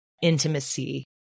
intimacy